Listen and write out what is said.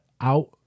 out